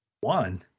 One